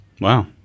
Wow